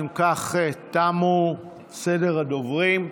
אם כך, תם סדר הדוברים.